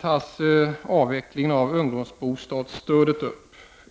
tas avvecklingen av ungdomsbostadsstödet upp.